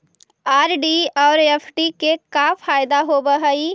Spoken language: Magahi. आर.डी और एफ.डी के का फायदा होव हई?